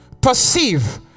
perceive